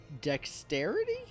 dexterity